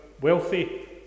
wealthy